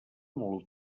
molt